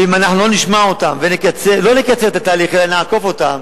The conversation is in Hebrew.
ואם אנחנו לא נשמע אותם ולא נקצר את התהליך אלא נעקוף אותם,